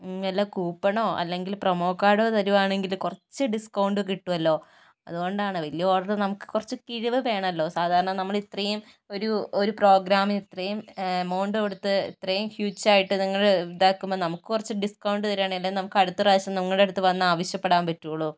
വല്ല കൂപ്പണോ അല്ലെങ്കില് പ്രൊമോ കാര്ഡോ തരുവാണേല് കുറച്ച് ഡിസ്കൗണ്ട് കിട്ടുവല്ലോ അതുകൊണ്ടാണ് വലിയ ഓര്ഡറില് നമുക്ക് കുറച്ച് കിഴിവ് വേണമല്ലൊ സാധാരണ നമ്മള് ഇത്രയും ഒരു ഒരു പ്രോഗ്രാമിന് ഇത്രെയും എമൗണ്ട് കൊടുത്ത് ഇത്രെയും ഹ്യൂജ് ആയിട്ട് നിങ്ങള് ഇതാക്കുമ്പോൾ നമുക്ക് കുറച്ച് ഡിസ്കൗണ്ട് തരുവാണേല് അടുത്ത പ്രാവശ്യം നിങ്ങളുടെ അടുത്ത് വന്നു ആവശ്യപ്പെടാന് പറ്റുള്ളൂ